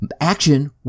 action